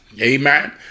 Amen